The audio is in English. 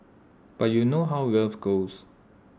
but you know how love goes